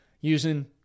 using